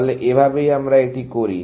তাহলে এভাবেই আমরা এটি করি